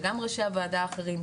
וגם ראשי הוועדה האחרים,